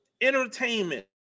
entertainment